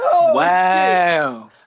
Wow